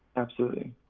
absolutely,